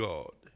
God